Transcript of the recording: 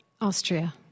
Austria